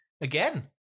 again